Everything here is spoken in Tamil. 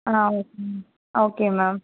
ah okay ma'am okay ma'am